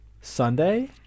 Sunday